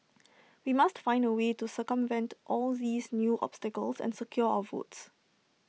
we must find A way to circumvent all these new obstacles and secure our votes